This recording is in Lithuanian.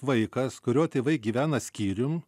vaikas kurio tėvai gyvena skyrium